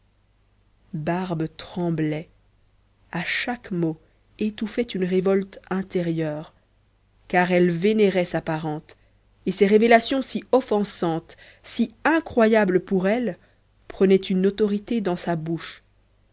barbe tremblait à chaque mot étouffait une révolte intérieure car elle vénérait sa parente et ces révélations si offensantes si incroyables pour elle prenaient une autorité dans sa bouche